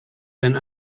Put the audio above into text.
been